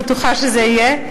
בטוחה שזה יהיה.